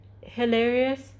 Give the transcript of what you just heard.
hilarious